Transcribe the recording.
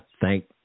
thank